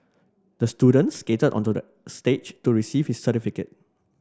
the student skated onto the stage to receive his certificate